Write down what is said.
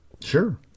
Sure